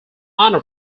anna